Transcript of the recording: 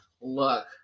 look